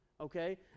Okay